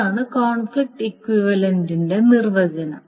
അതാണ് കോൺഫ്ലിക്റ്റ് ഇക്വിവലൻററിന്റെ നിർവചനം